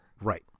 Right